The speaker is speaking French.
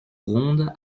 ronde